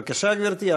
בבקשה, גברתי.